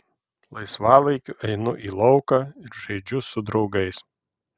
laisvalaikiu einu į lauką ir žaidžiu su draugais